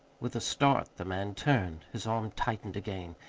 with a start the man turned. his arm tightened again.